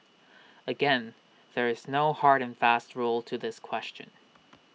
again there is no hard and fast rule to this question